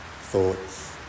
thoughts